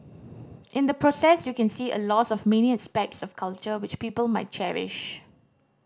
in the process you can see a loss of many aspects of culture which people might cherish